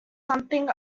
something